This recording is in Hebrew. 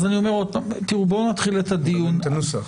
אין לנו את הנוסח.